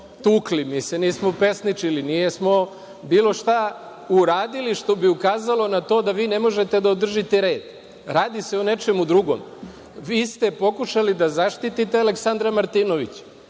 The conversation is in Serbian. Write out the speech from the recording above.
tukli. Mi se nismo pesničili. Nismo bilo šta uradili što bi ukazalo na to da vi ne možete da održite red. Radi se o nečemu drugom. Vi ste pokušali da zaštitite Aleksandra Martinovića.